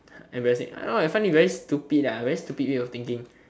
embarrassing I know I find it very stupid ah very stupid way of thinking